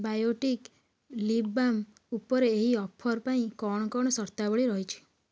Biotique lip balm ଉପରେ ଏହି offer ପାଇଁ କ'ଣ କ'ଣ ସର୍ତ୍ତାବଳୀ ରହିଛି